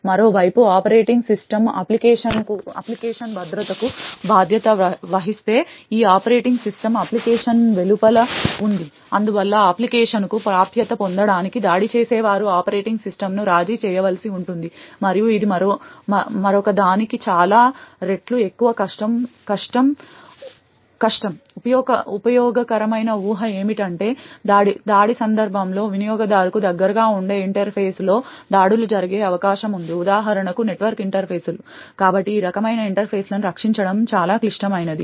మరోవైపు operating system application భద్రతకు బాధ్యత వహిస్తే ఈ ఆపరేటింగ్ సిస్టమ్ అప్లికేషన్ వెలుపల ఉంది అందువల్ల అప్లికేషన్కు ప్రాప్యత పొందడానికి దాడి చేసేవారు ఆపరేటింగ్ సిస్టమ్ను రాజీ చేయవలసి ఉంటుంది మరియు ఇది మరొకదానికి చాలా రెట్లు ఎక్కువ కష్టం ఉపయోగకరమైన ఊహ ఏమిటంటే దాడి సందర్భంలో వినియోగదారుకు దగ్గరగా ఉండే ఇంటర్ఫేస్లో దాడులు జరిగే అవకాశం ఉంది ఉదాహరణకు నెట్వర్క్ ఇంటర్ఫేస్లు కాబట్టి ఈ రకమైన ఇంటర్ఫేస్లను రక్షించడం చాలా క్లిష్టమైనది